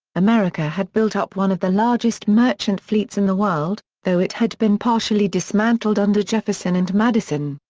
america had built up one of the largest merchant fleets in the world, though it had been partially dismantled under jefferson and madison.